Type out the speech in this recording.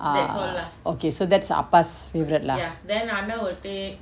err okay so that's appa favourite lah